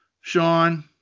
Sean